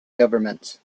governments